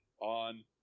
on